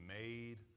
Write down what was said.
made